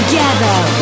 Together